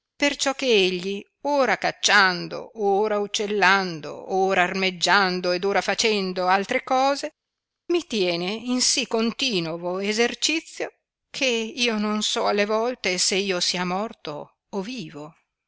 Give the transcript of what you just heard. riposo perciò che egli ora cacciando ora uccellando ora armeggiando ed ora facendo altre cose mi tiene in sì continovo essercizio che io non so alle volte se io sia morto o vivo